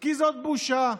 כי זאת בושה,